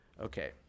Okay